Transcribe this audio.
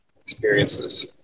experiences